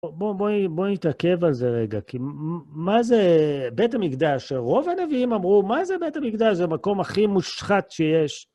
בואי נתעכב על זה רגע, כי מה זה בית המקדש? רוב הנביאים אמרו, מה זה בית המקדש? זה המקום הכי מושחת שיש.